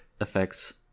effects